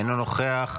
אינו נוכח,